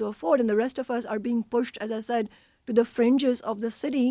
to afford in the rest of us are being pushed as i said but the fringes of the city